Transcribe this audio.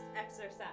exercise